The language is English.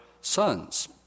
sons